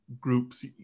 groups